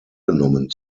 genommen